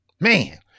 Man